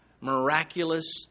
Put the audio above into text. miraculous